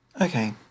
Okay